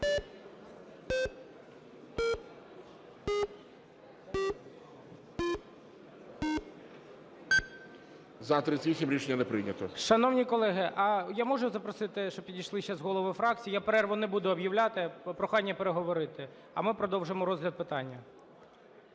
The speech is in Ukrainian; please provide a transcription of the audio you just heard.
18:34:33 ГОЛОВУЮЧИЙ. Шановні колеги, а я можу запросити, щоб підійшли сейчас голови фракція? Я перерву не буду об'являти, прохання переговорити, а ми продовжимо розгляд питання.